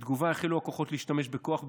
בתגובה החלו הכוחות להשתמש בכוח,